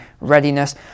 readiness